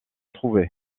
trouvé